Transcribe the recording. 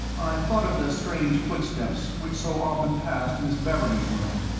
i thought of the strange footsteps which so often passed miss beverley's room,